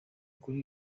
kuri